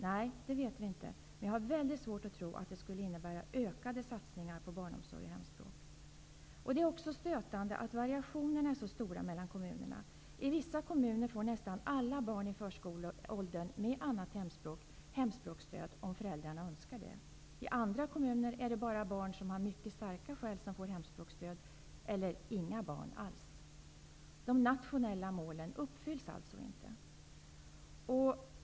Nej, det vet vi inte, men jag har väldigt svårt att tro att det skulle innebära ökade satsningar på barnomsorg och hemspråk. Det är också stötande att variationerna är så stora mellan kommunerna. I vissa kommuner får nästan alla barn i förskoleåldern med annat hemspråk hemspråksstöd om föräldrarna önskar det. I andra kommuner är det bara barn som har mycket starka skäl som får hemspråksstöd eller inga barn alls. De nationella målen uppfylls alltså inte.